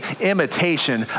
imitation